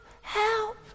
help